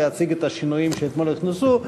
להציג את השינויים שאתמול הוכנסו.